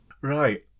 Right